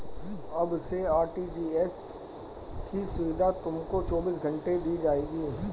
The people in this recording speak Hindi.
अब से आर.टी.जी.एस की सुविधा तुमको चौबीस घंटे दी जाएगी